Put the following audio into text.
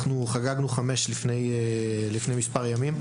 אנחנו חגגנו חמש לפני מספר ימים.